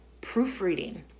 Proofreading